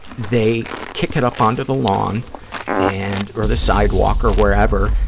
they kick it up onto the lawn and, or the sidewalk or wherever,